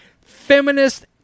feminist